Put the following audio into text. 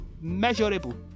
measurable